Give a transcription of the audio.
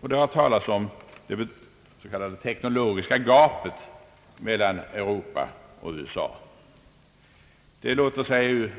Det har också talats om det s.k. teknologiska gapet mellan Europa och USA. Det låter sig ju